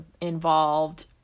involved